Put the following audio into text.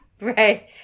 right